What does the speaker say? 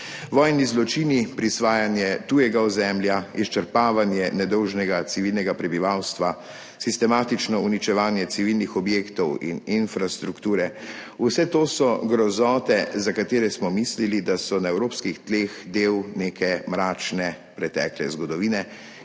Vojni zločini, prisvajanje tujega ozemlja, izčrpavanje nedolžnega civilnega prebivalstva, sistematično uničevanje civilnih objektov in infrastrukture, vse to so grozote, za katere smo mislili, da so na evropskih tleh del neke mračne pretekle zgodovine in